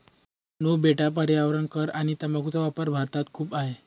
no बेटा पर्यावरण कर आणि तंबाखूचा वापर भारतात खूप आहे